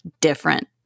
different